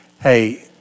Hey